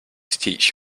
teach